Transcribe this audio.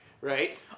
right